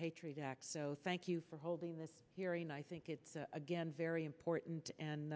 patriot act so thank you for holding this hearing i think it's again very important and